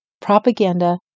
propaganda